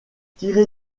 tiré